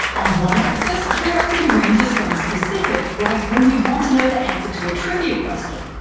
on one axis, curiosity ranges from specific, like when we want to know the answer to a trivia question,